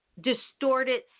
distorted